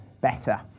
better